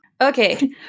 Okay